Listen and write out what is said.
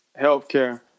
healthcare